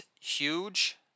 huge